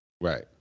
Right